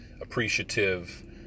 appreciative